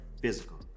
physical